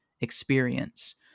experience